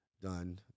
done